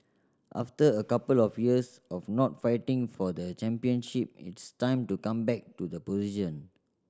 after a couple of years of not fighting for the championship it's time to come back to the position